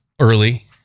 early